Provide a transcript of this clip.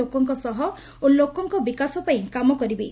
ଲୋକଙ୍କ ସହ ଓ ଲୋକଙ୍କ ବିକାଶ ପାଇଁ କାମ କରିବି